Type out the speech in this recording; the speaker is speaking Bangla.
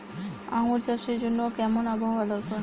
আঙ্গুর চাষের জন্য কেমন আবহাওয়া দরকার?